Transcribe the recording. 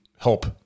help